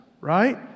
right